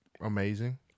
Amazing